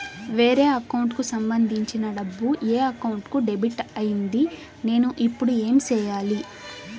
వేరే అకౌంట్ కు సంబంధించిన డబ్బు ఈ అకౌంట్ కు డెబిట్ అయింది నేను ఇప్పుడు ఏమి సేయాలి